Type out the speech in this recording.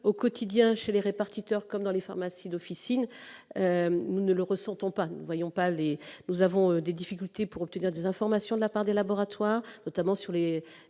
Au quotidien, chez les répartiteurs comme dans les pharmacies d'officine, nous n'en ressentons pas les effets : nous rencontrons des difficultés pour obtenir des informations de la part des laboratoires, notamment sur les